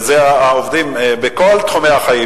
עובדים בכל תחומי החיים,